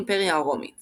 התנצרות האימפריה הרומית